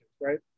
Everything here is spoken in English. right